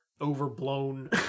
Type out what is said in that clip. overblown